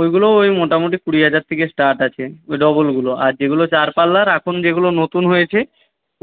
ওইগুলো ওই মোটামুটি কুড়ি হাজার থেকে স্টার্ট আছে ওই ডবলগুলো আর যেগুলো চার পাল্লার এখন যেগুলো নতুন হয়েছে